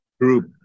group